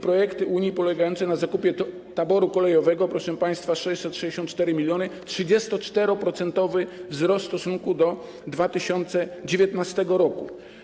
Projekty Unii polegające na zakupie taboru kolejowego, to, proszę państwa, 664 mln, 34-procentowy wzrost w stosunku do 2019 r.